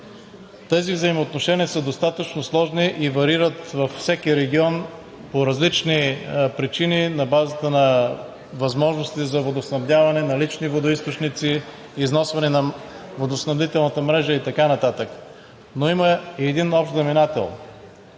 Тези взаимоотношения са достатъчно сложни и варират във всеки регион по различни причини – на базата на възможностите за водоснабдяване, налични водоизточници, износване на водоснабдителната мрежа и така нататък, но има и един общ знаменател.